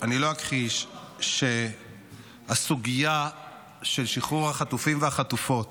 אני לא אכחיש שהסוגיה של שחרור החטופים והחטופות